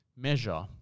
measure